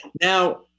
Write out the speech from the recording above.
Now